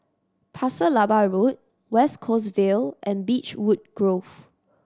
Pasir Laba Road West Coast Vale and Beechwood Grove